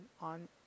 on